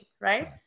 right